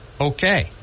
okay